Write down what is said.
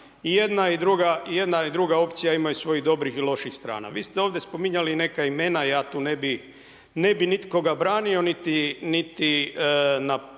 i jedna i druga opcija imaju svojih dobrih i loših strana. Vi ste ovdje spominjali neka imena. Ja tu ne bih nikoga branio niti posebno